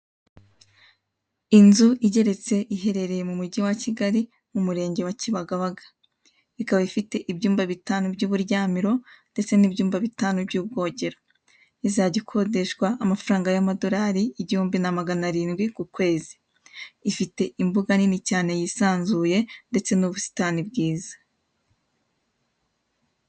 Inzu igeretse iherereye mu mujyi wa Kigali, mu murenge wa Kibagabaga. Ikaba ifite ibyumba bitanu by'uburyamiro ndetse n'ibyumba bitanu by'ubwogero. Izajya ikodeshwa amafaranga y'amadorari igihumbi na magana arindwi ku kwezi. Ifite imbuga nini cyane yisanzuye ndetse n'ubusitani bwiza.